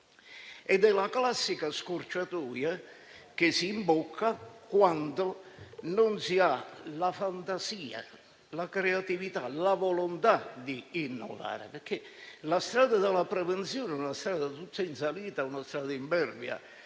ed è la classica scorciatoia che si imbocca quando non si hanno la fantasia, la creatività, la volontà di innovare. La strada della prevenzione è una strada tutta in salita ed impervia.